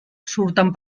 surten